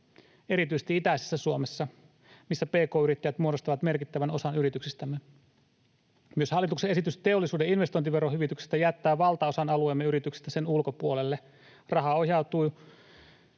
erityisesti itäisessä Suomessa, missä pk-yrittäjät muodostavat merkittävän osan yrityksistämme. Myös hallituksen esitys teollisuuden investointiverohyvityksestä jättää valtaosan alueemme yrityksistä sen ulkopuolelle. Raha ohjautuu